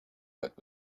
but